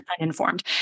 uninformed